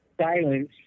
silence